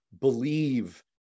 believe